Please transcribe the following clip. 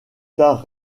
tard